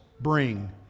bring